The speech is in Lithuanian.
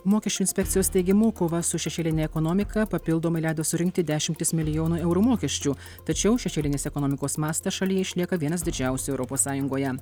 mokesčių inspekcijos teigimu kova su šešėline ekonomika papildomai leido surinkti dešimtis milijonų eurų mokesčių tačiau šešėlinės ekonomikos mastas šalyje išlieka vienas didžiausių europos sąjungoje